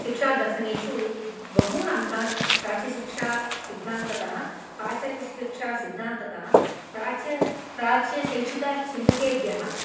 शिक्षादर्शनेषु बहून् अंशान् प्राच्यशिक्षासिद्धान्ततः पाश्चात्यशिक्षासिद्धान्ततः प्राच्य प्राच्यशैक्षिकचिन्तकेभ्यः